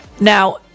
Now